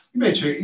Invece